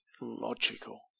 logical